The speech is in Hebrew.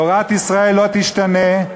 תורת ישראל לא תשתנה,